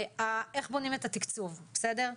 איך בונים את התקצוב, בסדר?